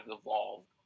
evolved